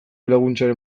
laguntzaren